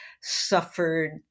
suffered